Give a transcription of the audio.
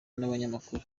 n’abanyamakuru